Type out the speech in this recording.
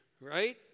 Right